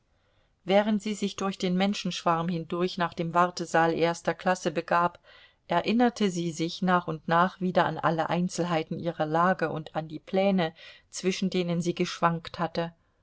während sie sich durch den menschenschwarm hindurch nach dem wartesaal erster klasse begab erinnerte sie sich nach und nach wieder an alle einzelheiten ihrer lage und an die pläne zwischen denen sie geschwankt hatte